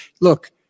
Look